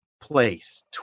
place